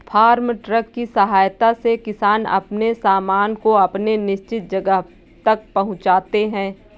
farm truck की सहायता से किसान अपने सामान को अपने निश्चित जगह तक पहुंचाते हैं